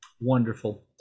Wonderful